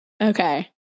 Okay